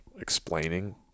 explaining